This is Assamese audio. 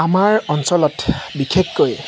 আমাৰ অঞ্চলত বিশেষকৈ